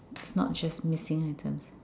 not just missing items